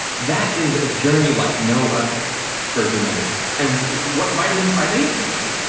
that is a journey like no other for humanity. and what vitamins are they taking?